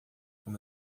com